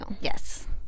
Yes